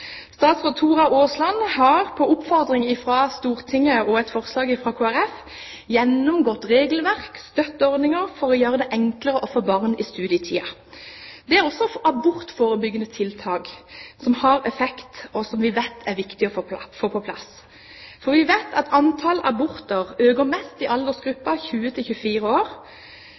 Statsråd Tora Aasland har, på oppfordring fra Stortinget og et forslag fra Kristelig Folkeparti, gjennomgått regelverk og støtteordninger for å gjøre det enklere å få barn i studietiden. Det er også abortforebyggende tiltak som har effekt, og som vi vet er viktig å få på plass. Vi vet at antall aborter øker mest i